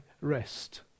rest